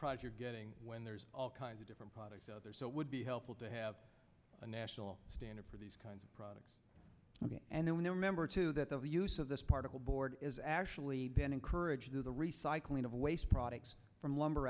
insure when there's all kinds of different products out there so it would be helpful to have a national standard for these kinds of products and then remember too that the use of this particle board is actually been encouraged to the recycling of waste products from lumber